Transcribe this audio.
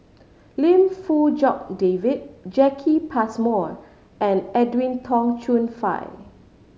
Lim Fong Jock David Jacki Passmore and Edwin Tong Chun Fai